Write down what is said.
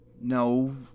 No